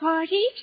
party